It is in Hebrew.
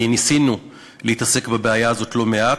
ניסינו להתעסק בבעיה הזאת לא מעט.